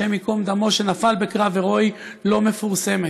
השם ייקום דמו, שנפל בקרב הירואי, לא מפורסמת.